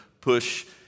push